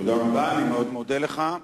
תודה רבה, אני מאוד מודה לך.